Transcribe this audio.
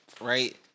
right